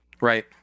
right